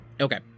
Okay